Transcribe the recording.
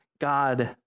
God